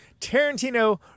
Tarantino